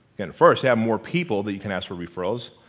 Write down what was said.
and first have more people that you can ask for referrals.